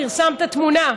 פרסמת תמונה.